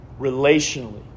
relationally